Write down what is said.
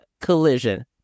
collision